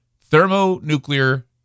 thermonuclear